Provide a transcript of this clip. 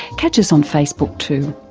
catch us on facebook, too.